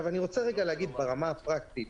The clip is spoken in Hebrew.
ברמה הפרקטית,